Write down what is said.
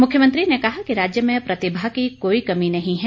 मुख्यमंत्री ने कहा कि राज्य में प्रतिभा की कोई कमी नहीं है